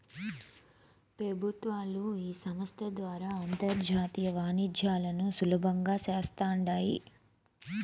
పెబుత్వాలు ఈ సంస్త ద్వారా అంతర్జాతీయ వాణిజ్యాలను సులబంగా చేస్తాండాయి